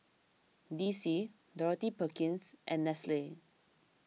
D C Dorothy Perkins and Nestle